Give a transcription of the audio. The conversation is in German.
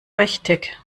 richtig